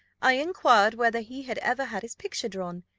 i inquired whether he had ever had his picture drawn.